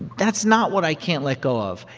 that's not what i can't let go of.